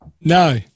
No